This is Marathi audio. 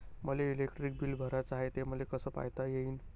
मले इलेक्ट्रिक बिल भराचं हाय, ते मले कस पायता येईन?